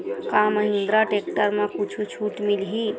का महिंद्रा टेक्टर म कुछु छुट मिलही?